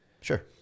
Sure